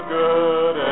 good